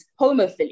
homophily